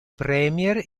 premier